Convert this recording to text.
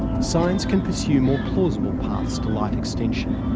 science can pursue more plausible paths to life extension.